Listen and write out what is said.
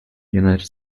united